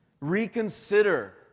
Reconsider